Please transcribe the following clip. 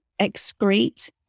excrete